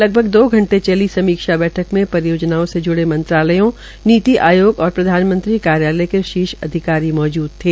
लगभग दो घंटे चली समीक्षा बैठक में परियोजनाओं से ज्ड़े मंत्रालयों नीति आयोग और प्रधानमंत्री कार्यालय के शीर्ष अधिकारी मौजूद थे